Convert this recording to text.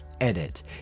edit